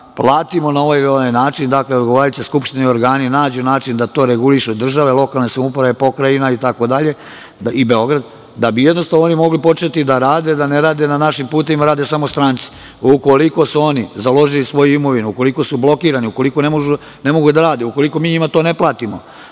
da platimo na ovaj ili onaj način, da odgovarajuća Skupština i organi nađu način da to reguliše država i lokalne samouprave, pokrajina, Beograd, da bi oni mogli početi da rade, da ne rade na našim putevima samo stranci. Ukoliko su oni založili svoju imovinu, ukoliko su blokirani, ukoliko ne mogu da rade, ukoliko mi njima ne platimo,